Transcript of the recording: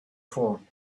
phone